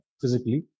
physically